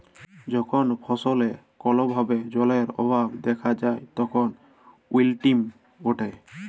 যখল ফসলে কল ভাবে জালের অভাব দ্যাখা যায় তখল উইলটিং ঘটে